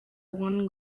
one